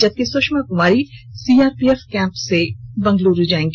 जबकि Sushma Kumari CRPF camp से बंगलूरू जाएगी